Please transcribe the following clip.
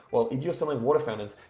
well, if you're selling water fountains,